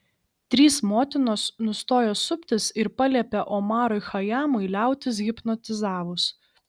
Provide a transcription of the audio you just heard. trys motinos nustojo suptis ir paliepė omarui chajamui liautis hipnotizavus